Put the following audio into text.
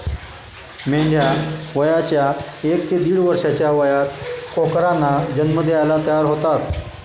मेंढ्या वयाच्या एक ते दीड वर्षाच्या वयात कोकरांना जन्म द्यायला तयार होतात